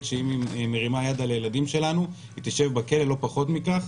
שאם היא מרימה יד על הילדים שלנו היא תשב בכלא ולא פחות מכך.